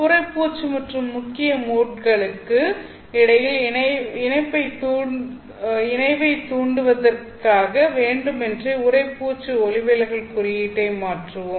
உறைப்பூச்சு மற்றும் முக்கிய மோட்களுக்கு இடையில் இணைவைத் தூண்டுவதற்காக வேண்டுமென்றே உறைப்பூச்சு ஒளிவிலகல் குறியீட்டை மாற்றுவோம்